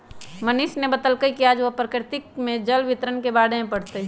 मनीष ने बतल कई कि आज वह प्रकृति में जल वितरण के बारे में पढ़ तय